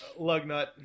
Lugnut